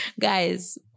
Guys